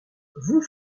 vous